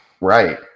Right